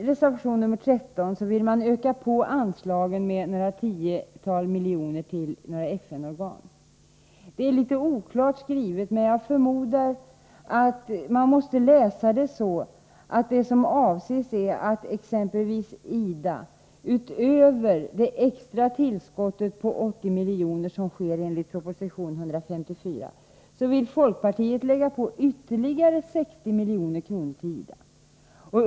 Reservanterna vill öka på anslagen till en del FN-organ med några tiotal miljoner. Det är litet oklart skrivet, men jag förmodar att det som avses är att folkpartiet exempelvis för IDA vill lägga på ytterligare 60 milj.kr. utöver det extra tillskottet på 80 milj.kr. enligt proposition 154.